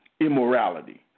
immorality